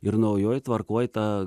ir naujoj tvarkoj ta